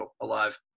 alive